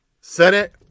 Senate